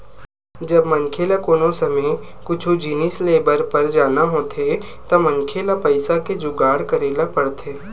जब मनखे ल कोनो समे कुछु जिनिस लेय बर पर जाना होथे त मनखे ल पइसा के जुगाड़ करे ल परथे